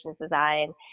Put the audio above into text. design